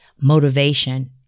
motivation